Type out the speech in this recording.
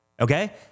Okay